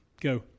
Go